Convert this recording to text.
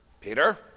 Peter